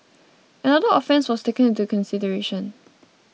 another offence was taken into consideration